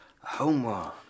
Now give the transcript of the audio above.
Homer